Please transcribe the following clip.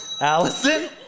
Allison